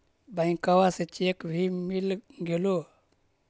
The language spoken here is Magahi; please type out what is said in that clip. बैंकवा से चेक भी मिलगेलो?